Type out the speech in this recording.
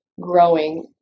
growing